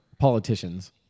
politicians